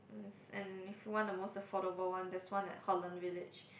and if you want the most affordable one there's one at Holland-Village